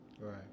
Right